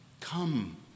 Come